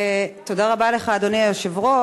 תודה רבה לך, אדוני היושב-ראש.